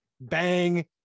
Bang